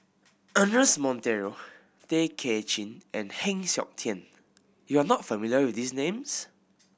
Ernest Monteiro Tay Kay Chin and Heng Siok Tian you are not familiar with these names